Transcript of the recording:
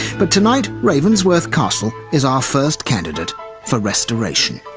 but tonight, ravensworth castle is our first candidate for restoration.